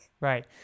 Right